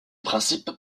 principe